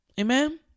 Amen